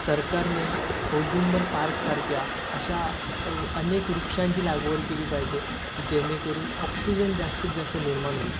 सरकारने औदुंबर पार्कसारख्या अशा अनेक वृक्षांची लागवड केली पाहिजे जेणेकरून ऑक्सिजन जास्तीत जास्त निर्माण होईल